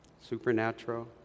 Supernatural